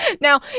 Now